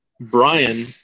Brian